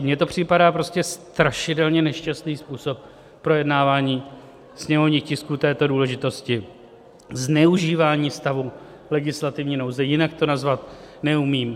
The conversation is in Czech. Mně to připadá prostě strašidelně nešťastný způsob projednávání sněmovních tisků této důležitosti, zneužívání stavu legislativní nouze, jinak to nazvat neumím.